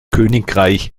königreich